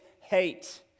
hate